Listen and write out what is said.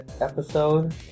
episode